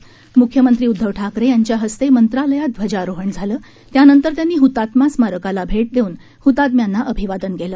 म्ख्यमंत्री उद्धव ठाकरे यांच्या हस्ते मंत्रालयात ध्वजारोहण झालं त्यानंतर त्यांनी हतात्मा स्मारकाला भेट देऊन हतात्म्यांना अभिवादन केलं